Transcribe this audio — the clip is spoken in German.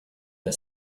der